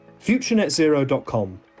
futurenetzero.com